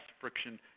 friction